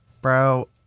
Bro